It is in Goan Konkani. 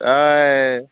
अय